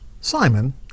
Simon